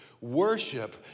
Worship